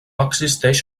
existeix